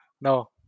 no